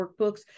workbooks